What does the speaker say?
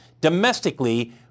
domestically